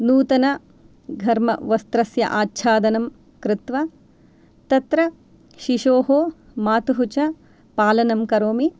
नूतनघर्मवस्त्रस्य आच्छादनं कृत्वा तत्र शिशोः मातुः च पालनं करोमि